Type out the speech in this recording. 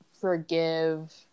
forgive